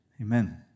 Amen